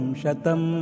shatam